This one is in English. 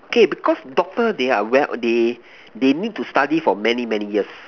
K because doctor they are when they they need to study for many many years